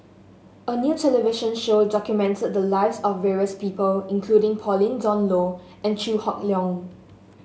a new television show documented the lives of various people including Pauline Dawn Loh and Chew Hock Leong